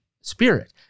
spirit